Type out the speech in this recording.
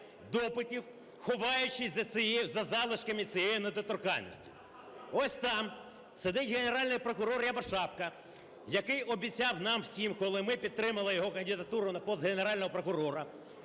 допитів, ховаючись за залишками цієї недоторканності. Ось там сидить Генеральний прокурор Рябошапка, який обіцяв нам всім, коли ми підтримали його кандидатуру на пост Генерального прокурора,